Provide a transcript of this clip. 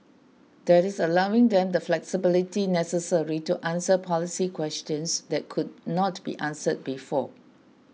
that is allowing them the flexibility necessary to answer policy questions that could not be answered before